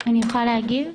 אני יכולה להגיב?